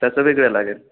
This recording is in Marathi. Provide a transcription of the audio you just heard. त्याचं वेगळं लागेल